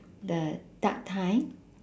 the duck thigh